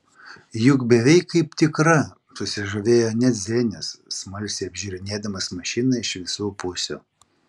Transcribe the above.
juk beveik kaip tikra susižavėjo net zenius smalsiai apžiūrinėdamas mašiną iš visų pusių